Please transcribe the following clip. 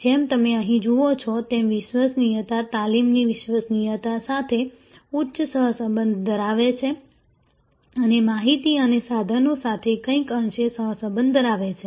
જેમ તમે અહીં જુઓ છો તેમ વિશ્વસનીયતા તાલીમની વિશ્વસનીયતા સાથે ઉચ્ચ સહસંબંધ ધરાવે છે અને માહિતી અને સાધનો સાથે કંઈક અંશે સહસંબંધ ધરાવે છે